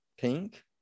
Pink